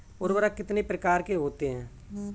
उर्वरक कितने प्रकार के होते हैं?